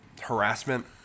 harassment